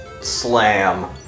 Slam